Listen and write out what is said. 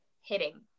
hitting